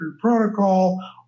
protocol